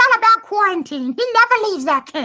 um about quarantine. do not believe that that